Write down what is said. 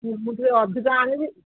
ମୁଁ ମୁଁ ଟିକେ ଅଧିକ ଆଣିବି